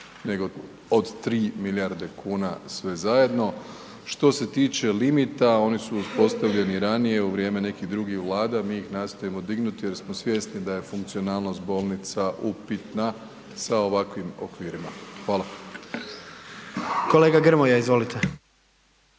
nego od 3 milijarde kuna sve zajedno. Što se tiče limita, oni su uspostavljeni ranije u vrijeme nekih drugih Vlada, mi ih nastojimo dignuti jer smo svjesni da je funkcionalnost bolnica upitna sa ovakvim okvirima. Hvala. **Jandroković,